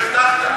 הבטחת.